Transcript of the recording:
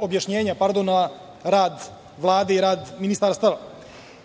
objašnjenja na rad Vlade i rad ministarstava.U